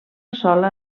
sola